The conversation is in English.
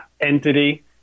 entity